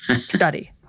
study